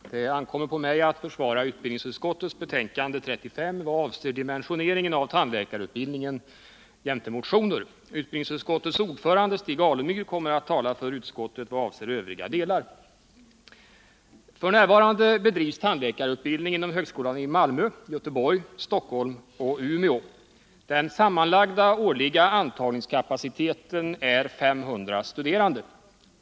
Fru talman! Det ankommer på mig att försvara utbildningsutskottets betänkande 35, såvitt gäller dimensionering av tandläkarutbildningen, jämte motioner. Utbildningsutskottets ordförande, Stig Alemyr, kommer att tala för utskottet vad avser övriga delar av betänkandet. F.n. bedrivs tandläkarutbildning inom högskolan i Malmö, Göteborg, Stockholm och Umeå. Den sammanlagda årliga antagningskapaciteten är 500 studerande.